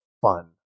fun